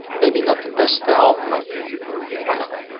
maybe not the best style, but why not.